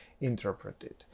interpreted